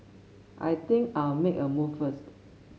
I think I'll make a move first